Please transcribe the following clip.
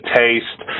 taste